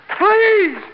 Please